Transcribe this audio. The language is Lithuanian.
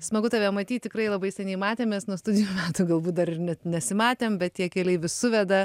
smagu tave matyt tikrai labai seniai matėmės nuo studijų metų galbūt dar ir net nesimatėm bet tie keliai vis suveda